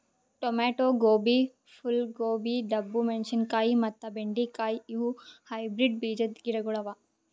tomato, ಗೋಬಿ, ಫೂಲ್ ಗೋಬಿ, ಡಬ್ಬು ಮೆಣಶಿನಕಾಯಿ ಮತ್ತ ಬೆಂಡೆ ಕಾಯಿ ಇವು ಹೈಬ್ರಿಡ್ ಬೀಜದ್ ಗಿಡಗೊಳ್ ಅವಾ